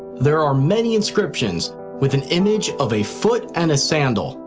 there are many inscriptions with an image of a foot and a sandal.